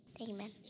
Amen